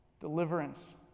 Deliverance